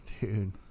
Dude